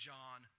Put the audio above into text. John